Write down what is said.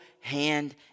hand